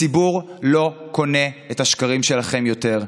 הציבור לא קונה את השקרים שלכם יותר.